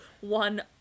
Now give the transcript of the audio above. one